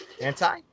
anti